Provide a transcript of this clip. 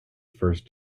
first